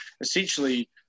essentially